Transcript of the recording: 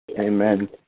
Amen